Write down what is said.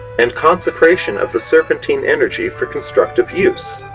and consecration of the serpentine energy for constructive use.